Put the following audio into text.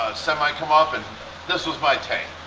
semi come up and this was my tank.